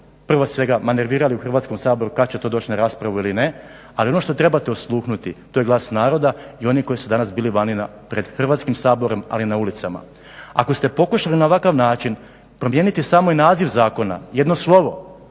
prvo svega manevrirali u Hrvatskom saboru kad će to doći na raspravu ili ne ali ono što trebate osluhnuti, to je glas naroda i onih koji su danas bili pred Hrvatskim saborom ali na ulicama. Ako ste pokušali na ovakav način promijeniti samo i naziv zakona, jedno slovo